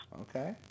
okay